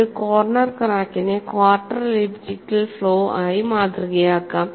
ഒരു കോർണർ ക്രാക്കിനെ quarter elliptical flow ആയി മാതൃകയാക്കാം